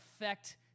affect